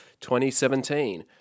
2017